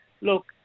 Look